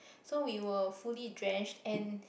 so we were fully drenched and